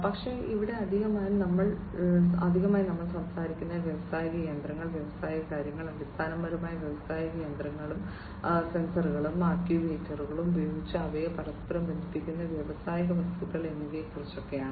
പക്ഷേ ഇവിടെ അധികമായി നമ്മൾ സംസാരിക്കുന്നത് വ്യാവസായിക യന്ത്രങ്ങൾ വ്യാവസായിക കാര്യങ്ങൾ അടിസ്ഥാനപരമായി വ്യാവസായിക യന്ത്രങ്ങൾ സെൻസറുകളും ആക്യുവേറ്ററുകളും ഉപയോഗിച്ച് അവയെ പരസ്പരം ബന്ധിപ്പിക്കുന്ന വ്യാവസായിക വസ്തുക്കൾ എന്നിവയെക്കുറിച്ചാണ്